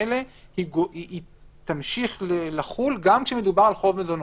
הללו תמשיך לחול גם כשמדובר בחוב מזונות.